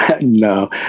No